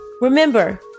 remember